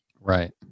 Right